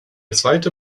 zweite